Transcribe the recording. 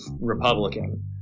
Republican